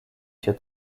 się